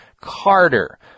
Carter